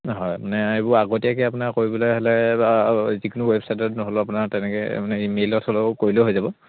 নহয় মানে এইবোৰ আগতীয়াকৈ আপোনাৰ কৰিবলৈ হ'লে বা যিকোনো ৱেবছাইটত নহ'লেও আপোনাৰ তেনেকৈ মানে ইমেইলত হ'লেও কৰিলে হৈ যাব